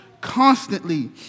constantly